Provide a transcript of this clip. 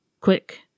Quick